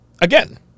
Again